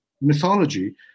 mythology